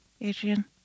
Adrian